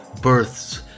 births